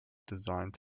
designed